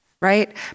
right